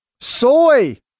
Soy